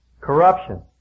corruption